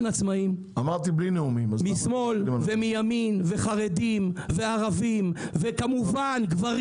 עצמאים משמאל ומימין; חרדים וערבים; גברים